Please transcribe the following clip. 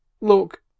Look